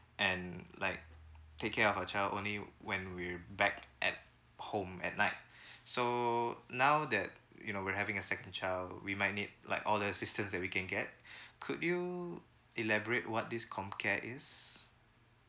and like take care of our child only when we're back at home at night so now that you know we're having a second child we might need like all the assistance that we can get could you elaborate what this comcare is